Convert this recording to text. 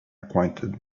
acquainted